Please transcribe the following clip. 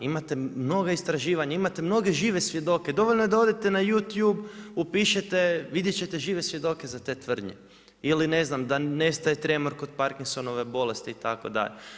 Imate mnoga istraživanja, imate mnoge žive svjedoke, dovoljno je da odete na YouTube, upišete, vidjet ćete žive svjedoke za te tvrdnje ili ne znam, da ne staje tremor kod Parkinsonove bolesti itd.